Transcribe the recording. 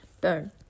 Boom